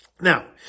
Now